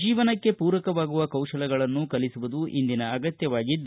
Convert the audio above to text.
ಜೀವನಕ್ಕೆ ಪೂರಕವಾಗುವ ಕೌಶಲಗಳನ್ನು ಕಲಿಸುವುದು ಇಂದಿನ ಅಗತ್ಯವಾಗಿದೆ